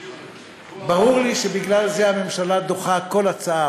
ברור לי שבגלל זה הממשלה דוחה כל הצעה,